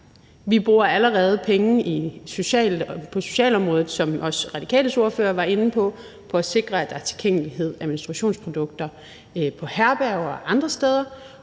Vi bruger allerede penge på socialområdet, som også Radikales ordfører var inde på, på at sikre, at der er tilgængelighed af menstruationsprodukter på herberger og andre steder,